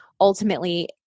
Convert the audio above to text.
ultimately